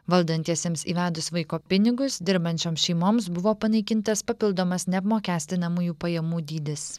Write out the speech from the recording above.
valdantiesiems įvedus vaiko pinigus dirbančioms šeimoms buvo panaikintas papildomas neapmokestinamųjų pajamų dydis